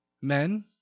Men